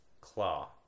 Claw